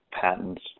patents